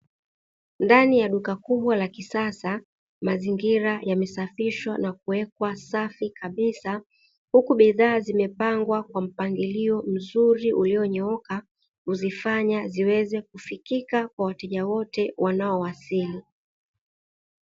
Ndani ya duka kubwa la kisasa, mazingira yamesafishwa na kuwekwa safi kabisa, huku bidhaa zimepangwa kwa mpangilio mzuri ulionyooka, kuzifanya ziweze kufikika kwa wateja wote wanao wasili.